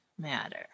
matter